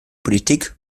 politik